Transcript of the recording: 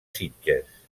sitges